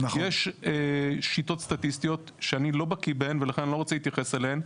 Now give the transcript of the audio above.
יש שיטות סטטיסטיות שאני לא בקיא בהם ולכן אני לא רוצה להתייחס אליהם,